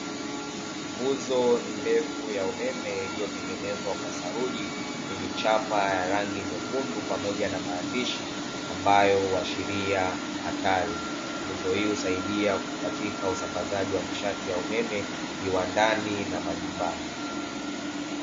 Nguzo ndefu ya umeme iliyotengenezwa kwa saruji, yenye chapa ya rangi nyekundu pamoja na maandishi, ambayo huashiria hatari, nguzo hii husaidia katika usambazaji wa nishati ya umeme viwandani na majumbani.